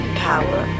power